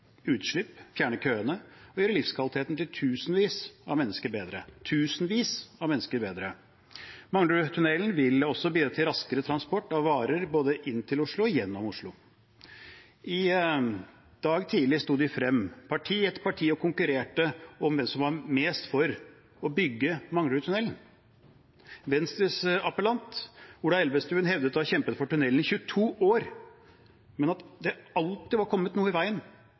utslipp, fjerne køene og gjøre livskvaliteten til tusenvis av mennesker bedre. Manglerudtunnelen vil også bidra til raskere transport av varer, både inn til Oslo og gjennom Oslo. I dag tidlig sto de frem, parti etter parti, og konkurrerte om hvem som var mest for å bygge Manglerudtunnelen. Venstres appellant, Ola Elvestuen, hevdet å ha kjempet for tunnelen i 22 år, men at det alltid var kommet noe i veien